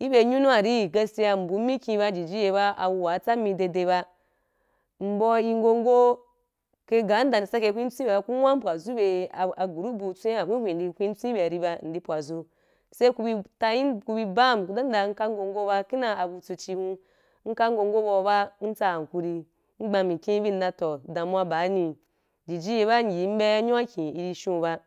iben yunu wari “gaskiya” mbu mikhi n ba jiji ye ba awuwa tsan mi dede jiji ye ba, nbau igongo ka’n’ga ndan nde sakye hweh twen ki bea ba, ku wam bwazu be agroup bu twen’n hweh hwe, sai ku bi dan yim, kubi bau dan nka ngongo ba, kina abuti ci hu nka gongo bau ba ntsa “hankuri” ngha mikhi, vin ndan toh damuwa ba’ɛni jiji ye ba nyi bea yunu kin iri shon yu ba.